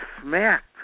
smacked